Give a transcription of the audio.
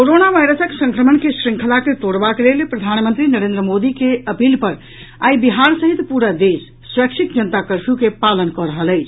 corona वायरसक संक्रमण के श्रृंखला के तोड़बाक लेल प्रधानमंत्री नरेंद्र मोदी के अपील पर आइ बिहार सहित पूरा देश स्वैच्छिक जनता कर्फ्यू के पालन कऽ रहल अछि